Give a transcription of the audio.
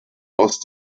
aus